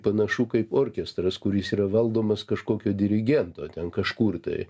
panašu kaip orkestras kuris yra valdomas kažkokio dirigento ten kažkur tai